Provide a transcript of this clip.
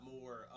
more